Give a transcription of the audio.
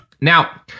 Now